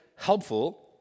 Helpful